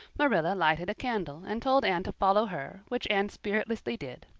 marilla lighted a candle and told anne to follow her, which anne spiritlessly did,